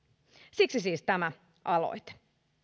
siksi siis tämä aloite